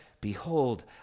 behold